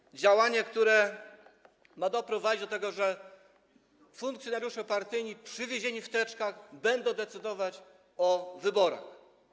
To jest działanie, które ma doprowadzić do tego, że funkcjonariusze partyjni przywiezieni w teczkach będą decydować o wyborach.